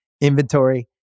inventory